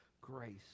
grace